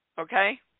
Okay